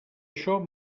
això